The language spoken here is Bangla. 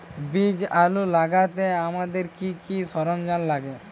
বীজ আলু লাগাতে আমাদের কি কি সরঞ্জাম লাগে?